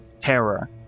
terror